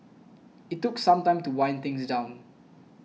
it took some time to wind things down